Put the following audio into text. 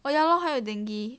well ya lor 还有 dengue